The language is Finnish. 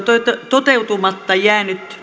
toteutumatta jäänyt